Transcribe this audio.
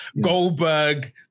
Goldberg